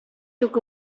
took